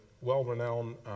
well-renowned